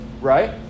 Right